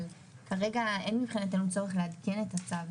אבל כרגע אין מבחינתנו צורך לעדכן את הצו,